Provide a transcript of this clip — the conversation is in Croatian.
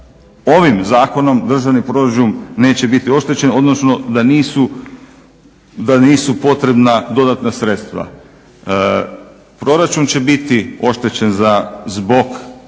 ovim zakonom državni proračun neće biti oštećen odnosno da nisu potrebna dodatna sredstva. Proračun će biti oštećen zbog